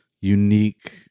unique